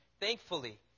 Thankfully